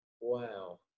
Wow